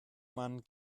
man